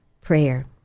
prayer